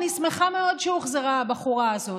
אני שמחה מאוד שהוחזרה הבחורה הזאת,